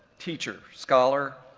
teacher, scholar,